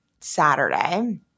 Saturday-